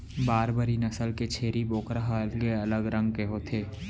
बारबरी नसल के छेरी बोकरा ह अलगे अलग रंग के होथे